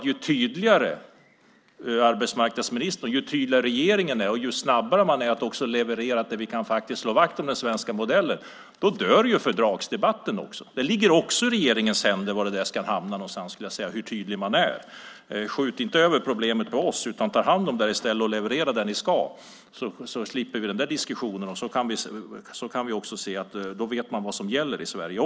Ju tydligare arbetsmarknadsministern och regeringen är och ju snabbare man är att leverera så att vi kan slå vakt om den svenska modellen desto fortare dör fördragsdebatten. Det ligger också i regeringens händer. Var ska den hamna någonstans, och hur tydlig är man? Skjut inte problemen över till oss utan ta hand om dem i stället och leverera det ni ska så slipper vi den här diskussionen, och då vet vi också vad som gäller i Sverige.